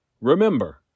Remember